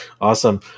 Awesome